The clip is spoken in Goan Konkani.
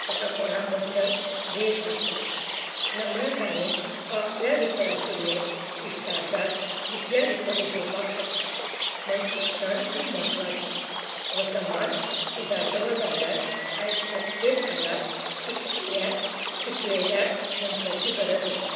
ताका कोणा बद्दल द्वेश आसना नमळकायेन तो आपल्या भितर आशिल्ले शिश्टाचार दुसऱ्या भितर रुजोवपाक शकता म्हूण शिक्षण खूब म्हत्वाचें हो समाज सुदारतलो जाल्यार आयज प्रत्येक घरात शिकलेल्या मनशाची गरज आसा